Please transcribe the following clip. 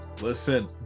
Listen